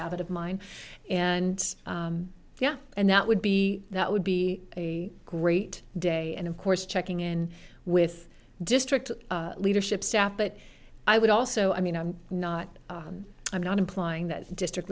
habit of mine and yeah and that would be that would be a great day and of course checking in with district leadership staff but i would also i mean i'm not i'm not implying that district